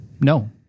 No